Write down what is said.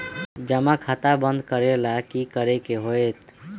जमा खाता बंद करे ला की करे के होएत?